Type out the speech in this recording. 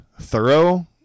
thorough